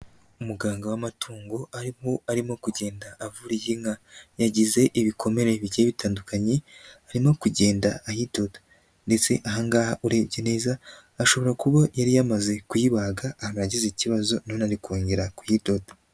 Umuganga w'amatungo, arimo kugenda avura iyi inka, yagize ibikomere bigiye bitandukanye arimo kugenda ayidoda ndetse aha ngaha urebye neza, ashobora kuba yari yamaze kuyibaga, ahantu yagize ikibazo, none ari kongera kuyidoda.